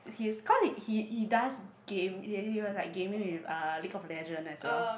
his cause he he does game he he was like gaming with uh League of Legend as well